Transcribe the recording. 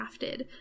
crafted